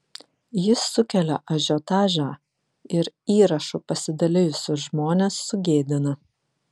jis sukelia ažiotažą ir įrašu pasidalijusius žmones sugėdina